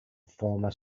former